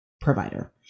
provider